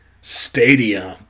Stadium